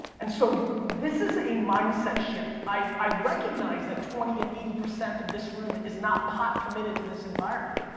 and so this is a mindset shift, i recognize that twenty to eighty percent of this room is not pot-committed to this environment.